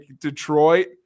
Detroit